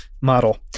model